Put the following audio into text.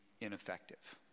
ineffective